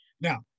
Now